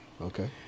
Okay